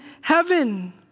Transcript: heaven